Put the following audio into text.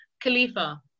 Khalifa